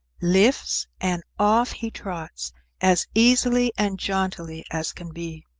lifts, and off he trots as easily and jauntily as can be.